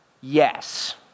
Yes